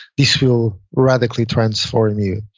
this will radically transform you.